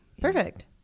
Perfect